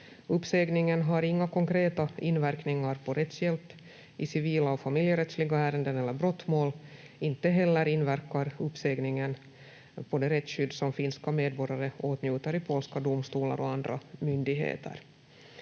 Uppsägningen har inga konkreta inverkningar på rättshjälp i civila och familjerättsliga ärenden eller brottmål. Inte heller inverkar uppsägningen på det rättsskydd som finska medborgare åtnjuter i polska domstolar och andra myndigheter.